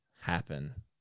happen